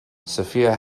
sophia